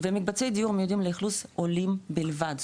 נכון ומקבצי דיור מיועדים לאכלוס עולים בלבד,